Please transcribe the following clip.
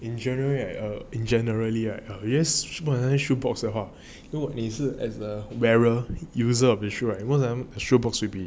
in january right err in generally right yes 很像 shoe box 的话如果你是 earn the barrier user of issue right most of the shoebox